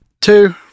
Two